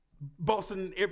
Bossing